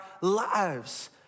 lives